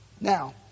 Now